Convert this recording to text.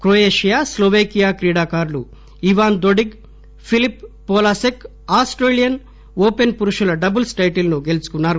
Croatia న్లోపేకియా క్రీడాకారులు Ivan Dodig Filip Polasek Australian Open పురుషుల డబుల్ప్ టైటిల్ ను గెలుచుకున్నారు